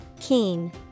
Keen